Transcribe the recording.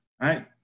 right